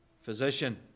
Physician